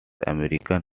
american